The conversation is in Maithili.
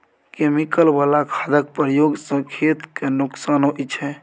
केमिकल बला खादक प्रयोग सँ खेत केँ नोकसान होइ छै